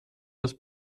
des